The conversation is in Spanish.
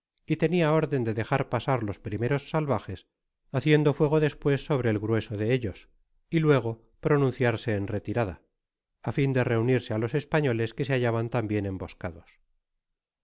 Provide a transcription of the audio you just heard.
y tenia órden de dejar pasar los primeros salvajes haciendo fuego despues sobre el grueso de ellos y luego pronunciarse en retirada á ñei de reunirse k los españoles que se hallaban tambien emboscados